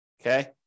Okay